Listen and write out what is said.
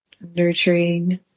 nurturing